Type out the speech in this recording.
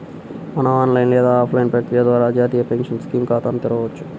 మనం ఆన్లైన్ లేదా ఆఫ్లైన్ ప్రక్రియ ద్వారా జాతీయ పెన్షన్ స్కీమ్ ఖాతాను తెరవొచ్చు